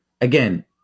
Again